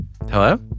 Hello